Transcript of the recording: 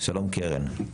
שלום קרן.